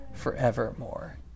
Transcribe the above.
Forevermore